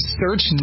search